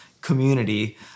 community